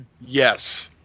yes